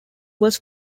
was